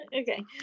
okay